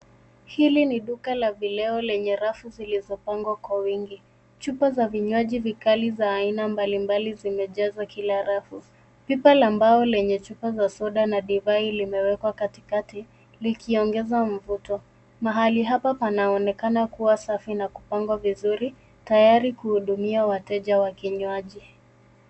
Hili ni duka la vileo lenye rafu zilizopangwa kwa wingi. Chupa za vinywaji vikali za aina mbalimbali zimejaa kila rafu. Pipa la mbao lenye chupa za soda na divai limewekwa katikati likiongeza mvuto. Mahali hapa panaonekana kuwa safi na kupangwa vizuri tayari kuwahudumia wateja wa kinywaji.